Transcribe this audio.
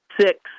six